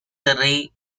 released